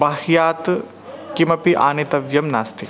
बाह्यात् किमपि आनेतव्यं नास्ति